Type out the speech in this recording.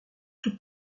tout